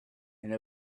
and